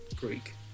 Greek